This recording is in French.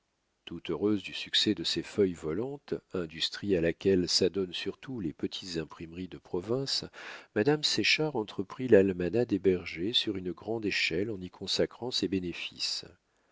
tout heureuse du succès de ses feuilles volantes industrie à laquelle s'adonnent surtout les petites imprimeries de province madame séchard entreprit l'almanach des bergers sur une grande échelle en y consacrant ses bénéfices